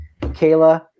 Kayla